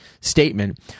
statement